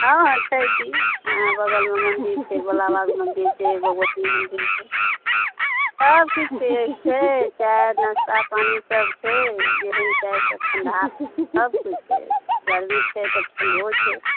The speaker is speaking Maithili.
हँ हँ छै की हँ बगलमे मन्दिर छै भोला बाबाके मन्दिर छै भगवती मन्दिर छै सबकिछु छै छै चाय नाश्ता पानि सब छै जेहन चाय ठण्डा सबकिछु छै गर्मी छै तऽ ठण्डो छै